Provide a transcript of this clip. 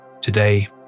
Today